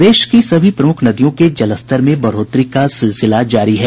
प्रदेश की सभी प्रमुख नदियों के जलस्तर में बढ़ोतरी का सिलसिला जारी है